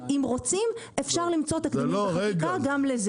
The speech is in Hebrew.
אם רוצים אפשר למצוא תקדימים בחקיקה גם לזה,